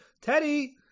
teddy